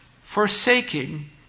forsaking